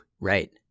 Right